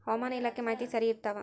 ಹವಾಮಾನ ಇಲಾಖೆ ಮಾಹಿತಿ ಸರಿ ಇರ್ತವ?